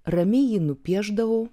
ramiai jį nupiešdavau